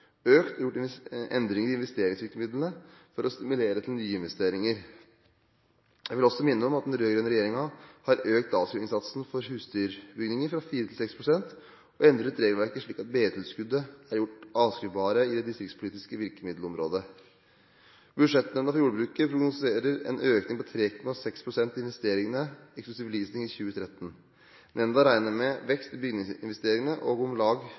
endringer i investeringsvirkemidlene for å stimulere til nyinvesteringer. Jeg vil også minne om at den rød-grønne regjeringen har økt avskrivingssatsen for husdyrbygninger fra 4 til 6 pst. og endret regelverket slik at B-tilskuddene er gjort avskrivbare i det distriktspolitiske virkemiddelområdet. Budsjettnemnda for jordbruket prognoserer en økning på 3,6 pst. i investeringene eksklusiv verdistigning i 2013. Nemnda regner med vekst i bygningsinvesteringene og om lag